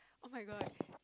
oh-my-god